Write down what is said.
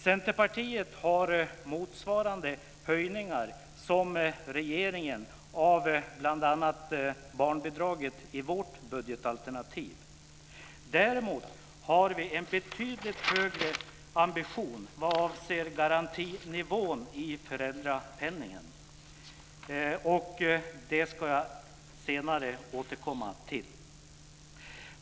Centerpartiet har motsvarande höjningar som regeringen av bl.a. barnbidraget i vårt budgetalternativ. Däremot har vi en betydligt högre ambition vad avser garantinivån i föräldrapenningen. Detta ska jag senare återkomma till.